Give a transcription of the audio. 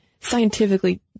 scientifically